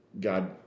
God